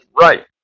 right